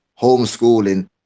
homeschooling